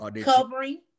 Covering